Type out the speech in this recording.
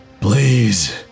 Please